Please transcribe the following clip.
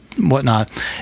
whatnot